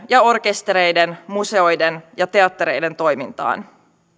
ja orkestereiden museoiden ja teattereiden toimintaan